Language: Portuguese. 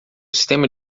sistema